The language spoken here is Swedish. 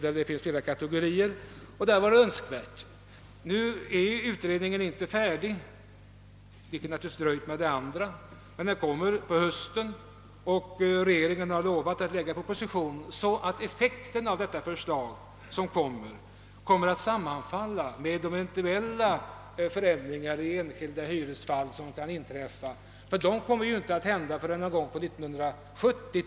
— som i dag inte har resurser att betala en god bostad får möjligheter därtill. Nu är utredningen inte färdig, men den kommer till hösten och regeringen har lovat att skriva propositionen så att effekten av detta förslag kommer att sammanfalla med de eventuella förändringar i enskilda hyresfall som kan inträffa. Dessa fall kommer ju inte att uppträda förrän tidigast 1970.